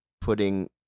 putting